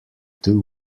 two